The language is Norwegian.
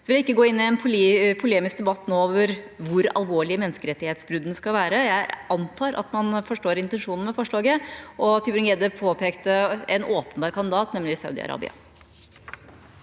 jeg ikke gå inn i en polemisk debatt nå om hvor alvorlig menneskerettighetsbruddene skal være. Jeg antar at man forstår intensjonen med forslaget, og Tybring-Gjedde påpekte en åpenbar kandidat, nemlig Saudi-Arabia.